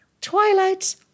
Twilight